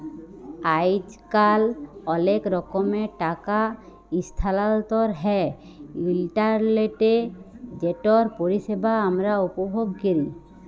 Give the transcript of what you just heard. আইজকাল অলেক রকমের টাকা ইসথালাল্তর হ্যয় ইলটারলেটে যেটর পরিষেবা আমরা উপভোগ ক্যরি